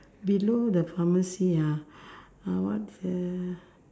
below the pharmacy ah what is the